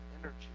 energy